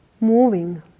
moving